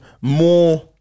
More